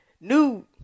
new